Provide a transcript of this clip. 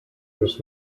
ist